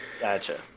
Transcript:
Gotcha